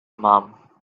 mom